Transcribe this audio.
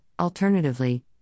alternatively